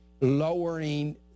lowering